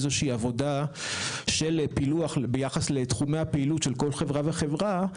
איזושהי עבודה של פילוח ביחס לתחומי הפעילות של כל חברה וחברה,